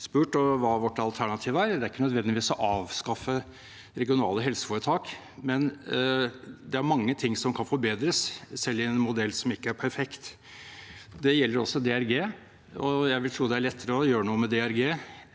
hva vårt alternativ er. Det er ikke nødvendigvis å avskaffe regionale helseforetak, men det er mange ting som kan forbedres, selv i en modell som ikke er perfekt. Det gjelder også DRG, og jeg vil tro det er lettere å gjøre noe med DRG